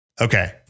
Okay